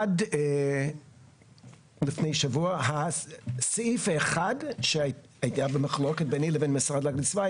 עד לפני שבוע הסעיף האחד שהיה במחלוקת ביני לבין משרד להגנת הסביבה,